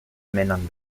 männern